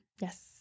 Yes